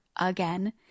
again